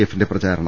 എഫിന്റെ പ്രചാരണം